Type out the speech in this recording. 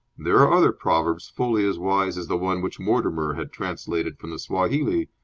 there are other proverbs fully as wise as the one which mortimer had translated from the swahili,